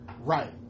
right